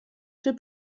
czy